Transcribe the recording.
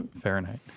Fahrenheit